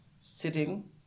sitting